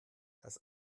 das